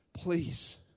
Please